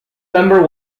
member